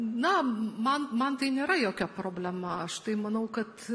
na man man tai nėra jokia problema aš tai manau kad